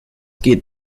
geht